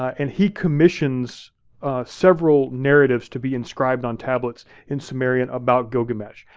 and he commissions several narratives to be inscribed on tablets in sumerian about gilgamesh.